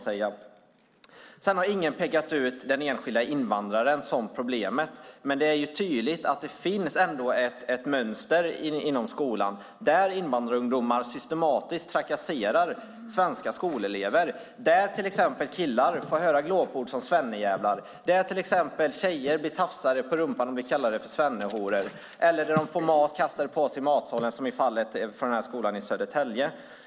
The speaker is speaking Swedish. Ingen har pekat ut den enskilda invandraren som problemet, men det är tydligt att det finns ett mönster inom skolan där invandrarungdomar systematiskt trakasserar svenska skolelever. Till exempel får killar höra glåpord som "svennejävel", tjejer blir tafsade på rumpan och kallade för "svennehora" och de får mat kastade på sig i matsalen, som i fallet med skolan i Södertälje.